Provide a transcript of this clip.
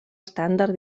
estàndard